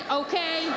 okay